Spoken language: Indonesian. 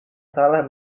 salah